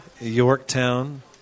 Yorktown